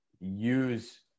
use